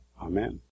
Amen